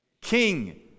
King